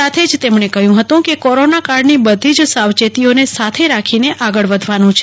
સાથે જ તેમણે કહ્યું હતું કે કોરોના કાળની બધી જ સાવચેતીઓને સાથે રાખીને આપણે આગળ વધવાનું છે